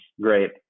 great